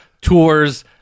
tours